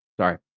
Sorry